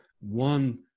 one